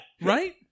Right